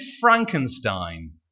Frankenstein